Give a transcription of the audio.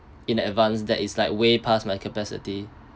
in advance that is like way past my capacity